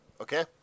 Okay